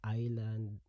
island